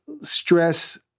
stress